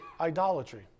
idolatry